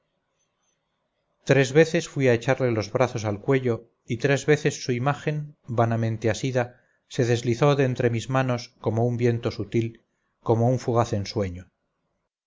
tres veces fui a echarle los brazos al cuello y tres veces su imagen vanamente asida se deslizó de entre mis manos como un viento sutil como un fugaz ensueño